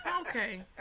Okay